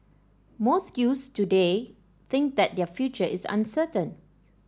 most youths today think that their future is uncertain